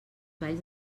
valls